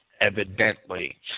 evidently